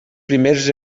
primers